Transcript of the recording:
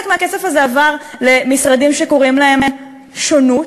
חלק מהכסף הזה עבר למשרדים שקוראים להם "שונות",